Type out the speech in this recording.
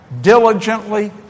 diligently